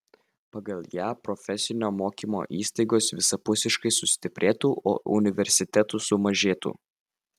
pagal ją profesinio mokymo įstaigos visapusiškai sustiprėtų o universitetų sumažėtų